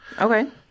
Okay